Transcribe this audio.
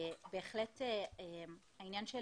בהחלט העניין של